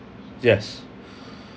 yes